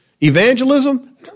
Evangelism